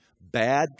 Bad